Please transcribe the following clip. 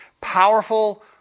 powerful